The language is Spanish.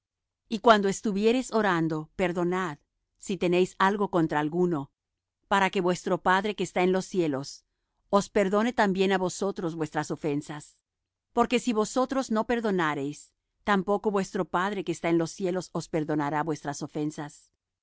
y cuando estuviereis orando perdonad si tenéis algo contra alguno para que vuestro padre que está en los cielos os perdone también á vosotros vuestras ofensas porque si vosotros no perdonareis tampoco vuestro padre que está en los cielos os perdonará vuestras ofensas